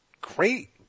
great